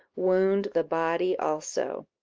wound the body also,